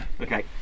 Okay